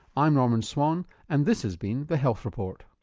i'm norman swan and this has been the health report,